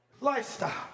Lifestyle